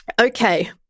Okay